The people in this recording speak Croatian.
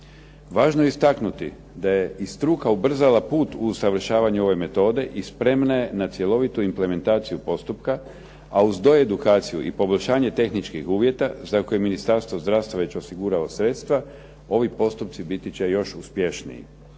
Važno je istaknuti da je i struka ubrzala put usavršavanja ove metode i spremna je na cjelovitu implementaciju postupka, a uz doedukaciju i poboljšanje tehničkih uvjeta za koje je Ministarstvo zdravstvo već osiguralo sredstva, ovi postupci biti će još uspješniji.